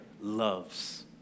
loves